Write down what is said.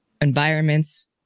environments